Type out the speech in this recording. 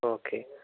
okay